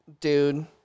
Dude